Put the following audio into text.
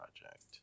project